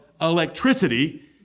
electricity